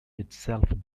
itself